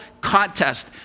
contest